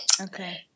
Okay